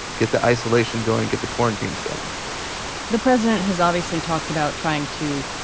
get the isolation going. get the quarantines going the president has obviously talked about trying to.